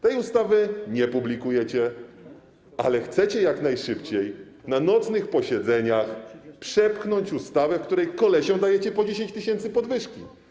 Tej ustawy nie publikujecie, ale chcecie jak najszybciej, na nocnych posiedzeniach, przepchnąć ustawę, w której kolesiom dajecie po 10 tys. podwyżki.